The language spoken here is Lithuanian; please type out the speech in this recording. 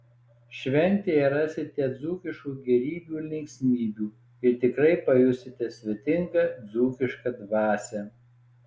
šventėje rasite dzūkiškų gėrybių ir linksmybių ir tikrai pajusite svetingą dzūkišką dvasią